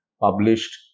published